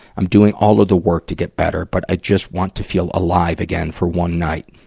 i'm doing all of the work to get better, but i just want to feel alive again for one night.